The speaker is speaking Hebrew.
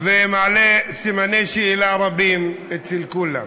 ומעלה סימני שאלה רבים אצל כולם.